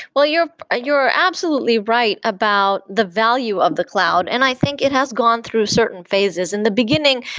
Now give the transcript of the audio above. well, you're ah you're absolutely right about the value of the cloud, and i think it has gone through certain phases. in the beginning,